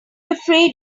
afraid